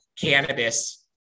cannabis